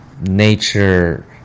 nature